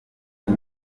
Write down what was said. uko